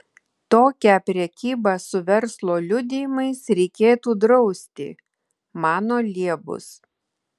tokią prekybą su verslo liudijimais reikėtų drausti mano liebus